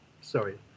sorry